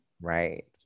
Right